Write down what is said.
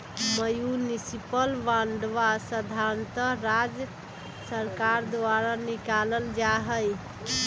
municipal बांडवा साधारणतः राज्य सर्कार द्वारा निकाल्ल जाहई